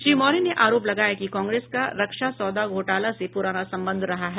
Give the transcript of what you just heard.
श्री मौर्य ने आरोप लगाया कि कांग्रेस का रक्षा सौदा घोटाला से पुराना संबंध रहा है